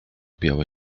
białe